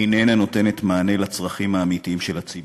איננה נותנת מענה לצרכים האמיתיים של הציבור?